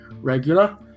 regular